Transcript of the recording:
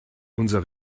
unser